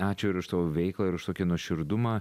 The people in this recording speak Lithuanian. ačiū ir už savo veiklą ir už tokį nuoširdumą